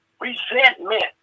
resentment